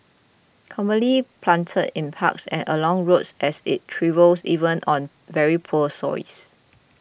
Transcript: commonly planted in parks and along roads as it thrives even on very poor soils